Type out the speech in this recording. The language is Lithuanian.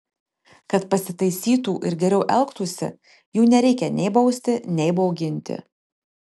kad pasitaisytų ir geriau elgtųsi jų nereikia nei bausti nei bauginti